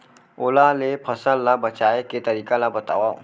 ओला ले फसल ला बचाए के तरीका ला बतावव?